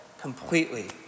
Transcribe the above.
completely